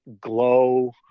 glow